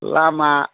लामा